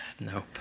Nope